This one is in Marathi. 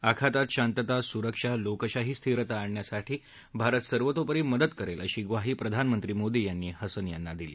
आखातात शांतता सुरक्षा लोकशाही स्थिरता आणण्यासाठी भारत सर्वतोपरी मदत करेल अशी ग्वाही मोदी यांनी हसन यांना दिली